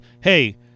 hey